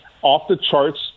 off-the-charts